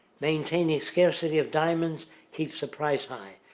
maintaining scarcity of diamonds keeps the price high.